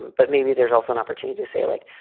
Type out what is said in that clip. but maybe there's also an opportunity to say, like,